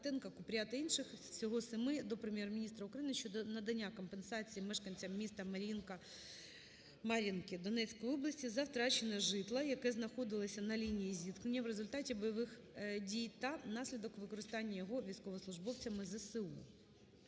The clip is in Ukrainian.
(Батенка, Купрія, та інших. Всього 7 депутатів) до Прем'єр-міністра України щодо надання компенсації мешканцям міста Мар'їнки Донецької області за втрачене житло, яке знаходилося на лінії зіткнення в результаті бойових дій та внаслідок використання його військовослужбовцями ЗСУ.